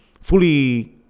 fully